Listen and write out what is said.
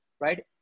right